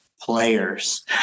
players